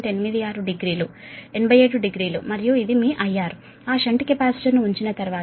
86 degree 87 degree మరియు ఇది మీ IR ఆ షంట్ కెపాసిటర్ ను ఉంచిన తర్వాత